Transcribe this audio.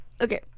okay